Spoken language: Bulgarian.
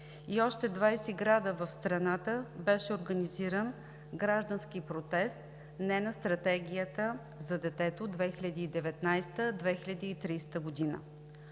и още 20 града в страната беше организиран граждански протест „Не на Стратегията за детето 2019 – 2030 г.“